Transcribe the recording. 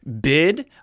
bid